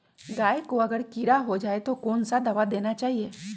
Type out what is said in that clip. गाय को अगर कीड़ा हो जाय तो कौन सा दवा देना चाहिए?